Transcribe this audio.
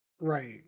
Right